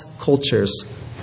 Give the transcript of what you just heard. cultures